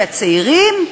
כי הצעירים,